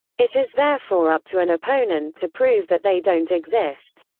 it is therefore up to an opponent to prove that they don't exist.